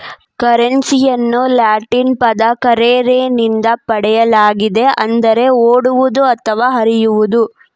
ಕರೆನ್ಸಿಯನ್ನು ಲ್ಯಾಟಿನ್ ಪದ ಕರ್ರೆರೆ ನಿಂದ ಪಡೆಯಲಾಗಿದೆ ಅಂದರೆ ಓಡುವುದು ಅಥವಾ ಹರಿಯುವುದು